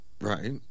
Right